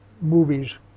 movies